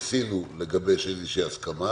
שניסינו לגבש הסכמה,